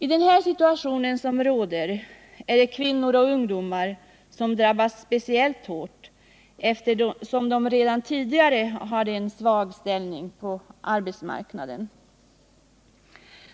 I den situation som råder är det kvinnor och ungdomar som har drabbats speciellt hårt, eftersom de redan tidigare hade en svag ställning på arbetsmarknaden.